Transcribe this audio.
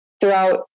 throughout